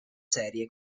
serie